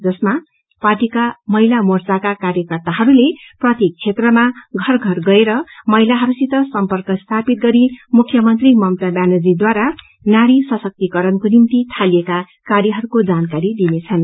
जसमा पार्टीका महिला मोर्चाका कार्यकताहरूले प्रत्येक क्षेत्रमा घर घर गएर महिलाहरूसित सम्पक स्थापित गरी मुख्यमन्त्री ममता व्यानर्जीद्वारा नारी सशक्तिकरणको निम्ति थालिएका कार्यहरूको जानकारी दिनेछन्